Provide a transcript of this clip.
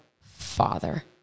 father